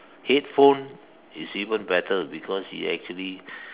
headphone is even better because it actually